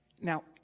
now